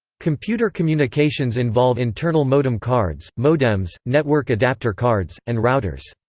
computer communications involve internal modem cards, modems, network adapter cards, and routers.